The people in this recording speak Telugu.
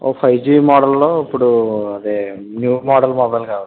ఒక ఫైవ్ జీబీ మోడెల్లో ఇప్పుడు అదే న్యూ మోడెల్ మొబైలు కావాలండి